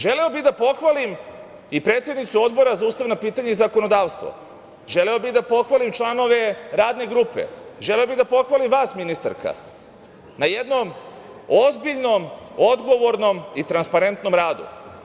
Želeo bih da pohvalim i predsednicu Odbora za ustavna pitanja i zakonodavstvo, želeo bih da pohvalim članove Radne grupe, želeo bih da pohvalim vas ministarka na jednom ozbiljnom, odgovornom i transparentnom radu.